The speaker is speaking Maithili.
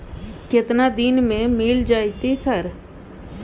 केतना दिन में मिल जयते सर?